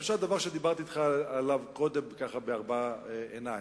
למשל דבר שדיברתי אתך עליו קודם בארבע עיניים,